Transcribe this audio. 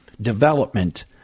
development